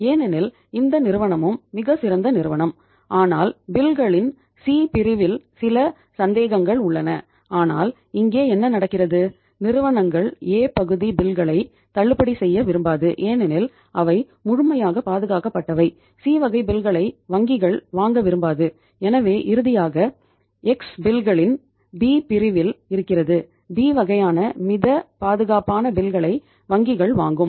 ஏனெனில் இந்த நிறுவனமும் மிகச் சிறந்த நிறுவனம் ஆனால் பில்களின் வங்கிகள் வாங்கும்